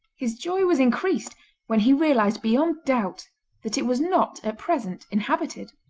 his joy was increased when he realised beyond doubt that it was not at present inhabited.